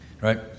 right